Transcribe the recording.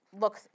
look